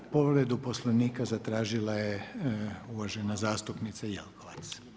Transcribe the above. Povredu Poslovnika zatražila je uvažena zastupnica Jelkovac.